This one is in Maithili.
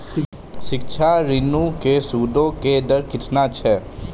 शिक्षा ऋणो के सूदो के दर केतना छै?